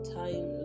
time